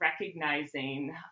recognizing